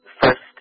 First